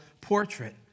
portrait